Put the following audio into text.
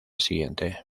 siguiente